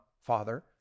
father